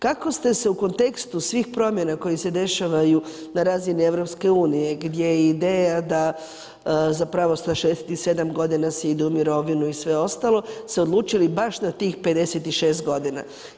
Kako ste se u kontekstu svih promjena koje se dešavaju na razini EU, gdje je ideja da zapravo sa 67 godina se ide u mirovinu i sve ostalo se odlučili baš na tih 56 godina.